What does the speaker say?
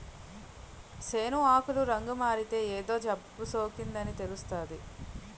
సేను ఆకులు రంగుమారితే ఏదో జబ్బుసోకిందని తెలుస్తాది